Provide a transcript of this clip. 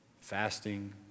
fasting